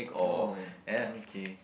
oh okay